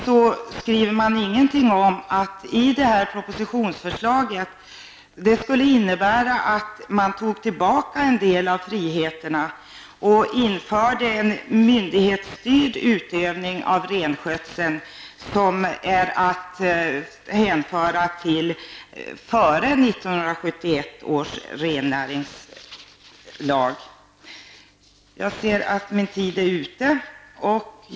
Men man skriver samtidigt ingenting om att detta propositionsförslag skulle innebära att man tog tillbaka en del av friheterna och införde en myndighetsstyrd utövning av renskötseln som är att hänföra till den rennäringslag som gällde före 1971.